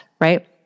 right